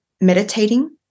meditating